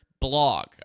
blog